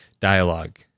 Dialogue